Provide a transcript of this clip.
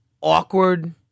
awkward